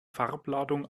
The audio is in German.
farbladung